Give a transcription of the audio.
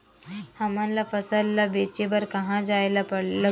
हमन ला फसल ला बेचे बर कहां जाये ला लगही?